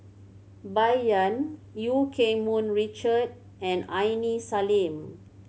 Bai Yan Eu Keng Mun Richard and Aini Salim